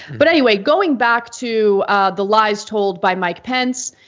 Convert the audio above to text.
but anyway going back to the lies told by mike pence.